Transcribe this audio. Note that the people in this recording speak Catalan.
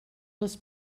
les